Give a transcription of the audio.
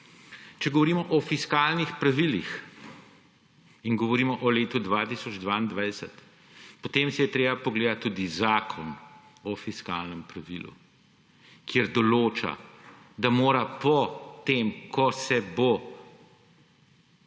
če govorimo o fiskalnih pravilih in govorimo o letu 2022, potem si je treba pogledati tudi Zakon o fiskalnem pravilu, ki določa, da mora, potem ko se bo